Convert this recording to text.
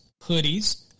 hoodies